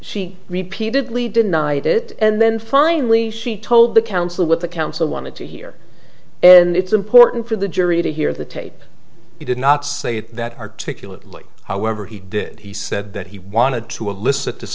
she repeatedly denied it and then finally she told the council what the council wanted to hear and it's important for the jury to hear the tape he did not say it that articulately however he did he said that he wanted to elicit this